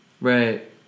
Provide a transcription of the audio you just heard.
Right